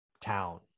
town